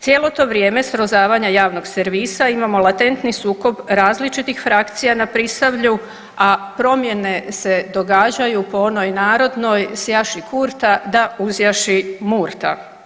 Cijelo to vrijeme srozavanja javnog servisa imamo latentni sukob različitih frakcija na Prisavlju, a promjene se događaju po onoj narodnoj „Sjaši Kurta da uzjaši Murta“